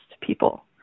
people